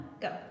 go